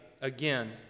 again